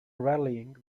rallying